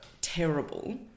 terrible